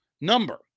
number